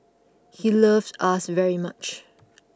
he loved us very much